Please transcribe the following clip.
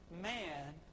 man